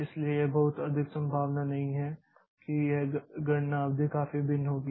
इसलिए यह बहुत अधिक संभावना नहीं है कि यह गणना अवधि काफी भिन्न होगी